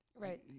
Right